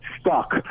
stuck